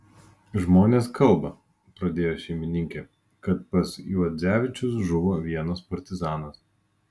žmonės kalba pradėjo šeimininkė kad pas juodzevičius žuvo vienas partizanas